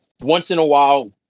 once-in-a-while